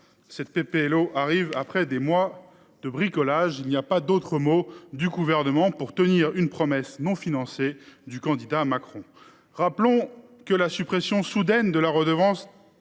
organique arrive après des mois de bricolage – il n’y a pas d’autre mot – du Gouvernement visant à tenir une promesse non financée du candidat Macron. Rappelons le, la suppression soudaine de la redevance